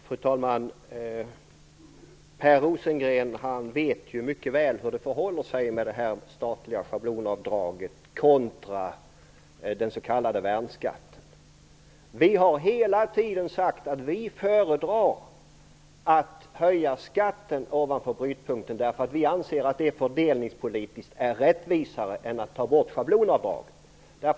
Fru talman! Per Rosengren vet mycket väl hur det förhåller sig med schablonavdraget vid den statliga taxeringen kontra den s.k. värnskatten. Vi har hela tiden sagt att vi föredrar att höja skatten ovanför brytpunkten. Vi anser att det fördelningspolitiskt är rättvisare än att ta bort schablonavdraget.